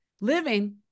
living